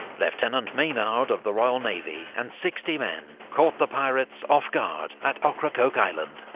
lieutenant maynard of the royal navy and sixty men caught the pirates off-guard at ocracoke island.